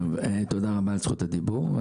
תודה רבה על זכות הדיבור.